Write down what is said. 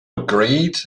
agreed